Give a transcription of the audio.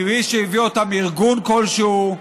מבלי שהביא אותם ארגון כלשהו,